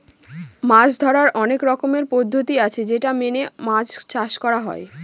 মাছ ধরার অনেক রকমের পদ্ধতি আছে যেটা মেনে মাছ চাষ করা হয়